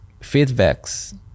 feedbacks